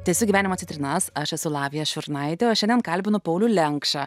tęsiu gyvenimo citrinas aš esu lavija šiurnaitė o šiandien kalbinu paulių lenkšą